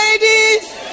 ladies